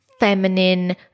feminine